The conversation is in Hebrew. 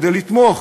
כדי לתמוך,